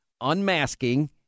unmasking